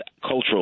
cultural